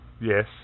yes